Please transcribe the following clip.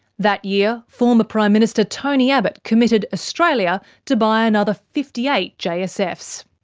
that year former prime minister tony abbott committed australia to buy another fifty eight jsfs.